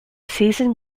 season